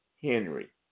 Henry